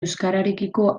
euskararekiko